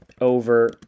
over